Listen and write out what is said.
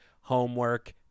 homework